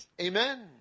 Amen